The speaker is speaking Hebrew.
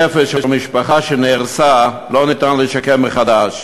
נפש ומשפחה שנהרסה לא ניתן לשקם מחדש.